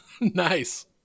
Nice